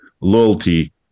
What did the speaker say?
loyalty